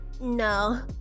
no